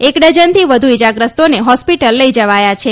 એક ડઝનથી વધ્ ુ ઇજાગ્રસ્તોને હોસ્પિટલ લઈ જવાયા છે